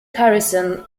harrison